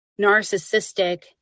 narcissistic